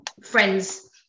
friends